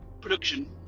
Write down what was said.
production